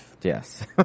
Yes